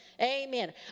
Amen